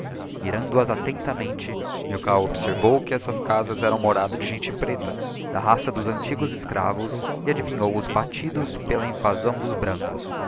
mirando asattentamente milkau observou que essas casas eram moradas de gente preta da raça dos antigos escravos e adivinhou os batidos pela invasão dos brancos